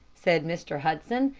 said mr. hudson,